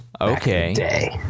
Okay